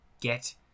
get